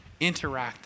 interactive